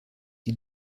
die